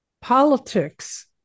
politics